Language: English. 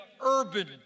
urban